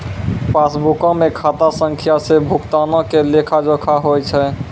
पासबुको मे खाता संख्या से भुगतानो के लेखा जोखा होय छै